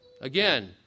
Again